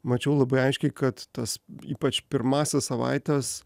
mačiau labai aiškiai kad tas ypač pirmąsias savaites